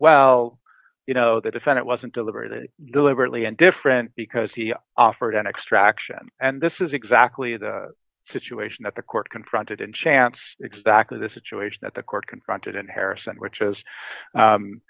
well you know that if it wasn't deliberate deliberately and different because he offered an extraction and this is exactly the situation that the court confronted and chance exactly the situation that the court confronted and harrison which as